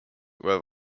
were